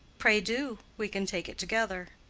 pray do. we can take it together.